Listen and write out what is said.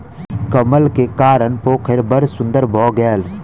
कमल के कारण पोखैर बड़ सुन्दर भअ गेल